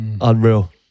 Unreal